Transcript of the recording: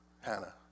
Hannah